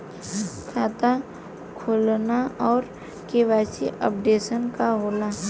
खाता खोलना और के.वाइ.सी अपडेशन का होला?